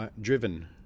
driven